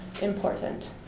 important